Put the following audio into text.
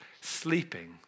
sleeping